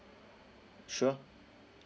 sure